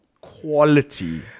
quality